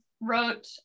wrote